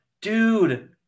Dude